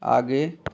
आगे